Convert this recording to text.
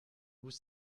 vous